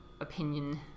opinion